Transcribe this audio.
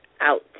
out